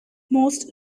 most